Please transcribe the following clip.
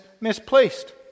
misplaced